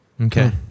Okay